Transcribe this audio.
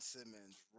Simmons